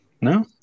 No